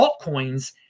altcoins